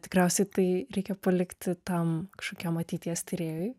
tikriausiai tai reikia palikti tam kažkokiam ateities tyrėjui